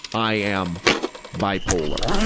i am bipolar,